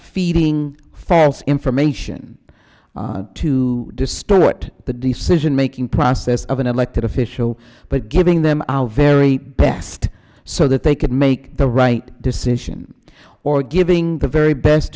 feeding false information to distort the decision making process of an elected official but giving them our very best so that they can make the right decision or giving the very